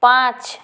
পাঁচ